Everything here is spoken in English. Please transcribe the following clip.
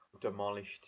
demolished